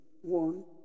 One